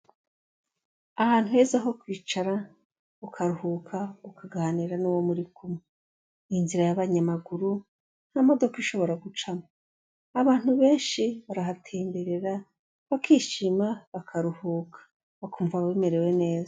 Ahantu heza ho kwicara ukaruhuka ukaganira n'uwo muri kumwe. Ni inzira y'abanyamaguru nta modoka ishobora gucamo. Abantu benshi barahatemberera bakishima bakaruhuka bakumva bamerewe neza.